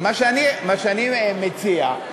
מה שאני מציע,